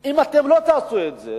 שאם לא תעשו את זה,